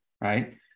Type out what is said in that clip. right